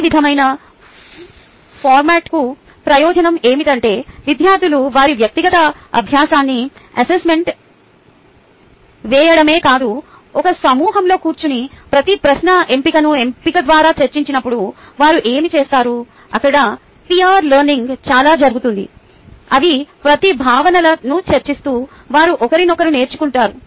ఈ విధమైన ఫార్మాట్ యొక్క ప్రయోజనం ఏమిటంటే విద్యార్థులు వారి వ్యక్తిగత అభ్యాసాన్ని అం అసెస్మెంట్ వేయడమే కాదు ఒక సమూహంలో కూర్చుని ప్రతి ప్రశ్న ఎంపికను ఎంపిక ద్వారా చర్చించినప్పుడు వారు ఏమి చేస్తారు అక్కడ పీర్ లెర్నింగ్ చాలా జరుగుతోంది అవి ప్రతి భావనలను చర్చిస్తూ వారు ఒకరినొకరు నేర్చుకుంటున్నారు